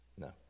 No